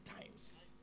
times